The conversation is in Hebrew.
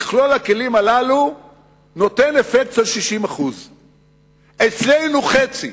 מכלול הכלים הללו נותנים אפקט של 60%. אצלנו, חצי,